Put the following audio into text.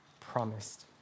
promised